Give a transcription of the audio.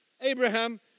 Abraham